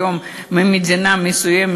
היום ממדינה מסוימת,